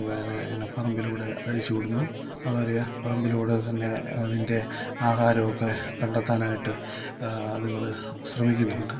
പിന്നെ പറമ്പിലൂടെ അഴിച്ചു വിടുന്നു അവർ പറമ്പിലൂടെ തന്നെ അതിൻ്റെ ആഹാരം ഒക്കെ കണ്ടെത്താനായിട്ട് അതുങ്ങളെ ശ്രമിക്കുന്നുണ്ട്